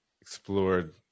explored